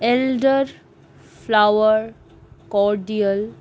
elder flower cordial